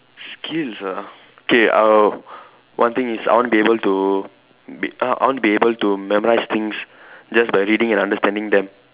skills ah K uh one thing is I want to be able to be I I want to be able to memorise things just by reading and understanding them